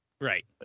Right